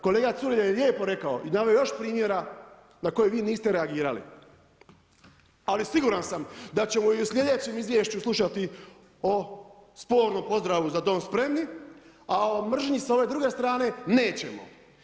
Kolega Culej je lijepo rekao i naveo još primjera na koje vi niste reagirali, ali siguran sam da ćemo i u sljedećem izvješću slušati o spornom pozdravu „Za dom spremni“, a o mržnji sa ove druge strane nećemo.